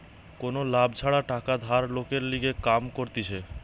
কোনো লাভ ছাড়া টাকা ধার লোকের লিগে কাম করতিছে